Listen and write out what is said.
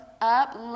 up